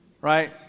right